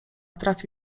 trafi